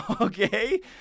okay